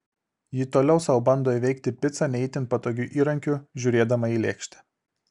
ji toliau sau bando įveikti picą ne itin patogiu įrankiu žiūrėdama į lėkštę